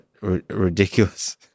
ridiculous